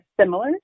similar